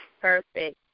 Perfect